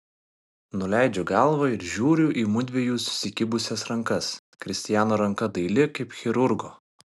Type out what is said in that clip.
nuleidžiu galvą ir žiūriu į mudviejų susikibusias rankas kristiano ranka daili kaip chirurgo